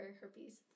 herpes